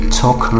talk